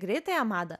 greitąją madą